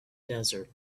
desert